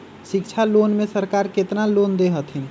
शिक्षा लोन में सरकार केतना लोन दे हथिन?